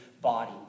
body